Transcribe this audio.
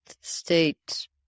state